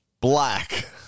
Black